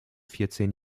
vierzehn